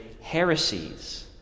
heresies